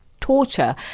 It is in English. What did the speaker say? torture